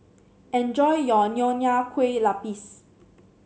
enjoy your Nonya Kueh Lapis